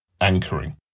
anchoring